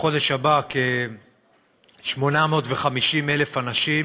בחודש הבא כ-850,000 אנשים,